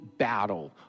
battle